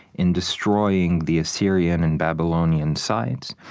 in destroying the assyrian and babylonian sites.